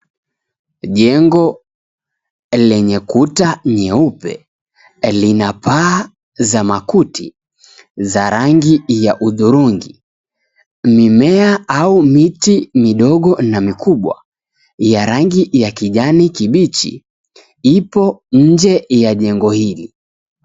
Jengo lenye kuta nyeupe, lina paa za makuti, za rangi ya udhurungi. Mimea au miti midogo na mikubwa ya rangi ya kijani kibichi, ipo nje ya jengo hili.